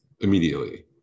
immediately